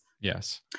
Yes